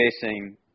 facing